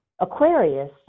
Aquarius